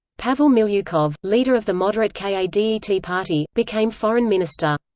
pavel milyukov, leader of the moderate kadet party, became foreign minister.